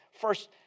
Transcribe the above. First